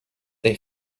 they